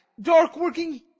dark-working